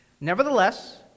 Nevertheless